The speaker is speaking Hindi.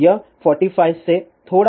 तो यह 45 से थोड़ा अधिक के समान है